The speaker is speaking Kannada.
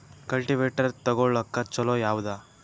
ಕಲ್ಟಿವೇಟರ್ ತೊಗೊಳಕ್ಕ ಛಲೋ ಯಾವದ?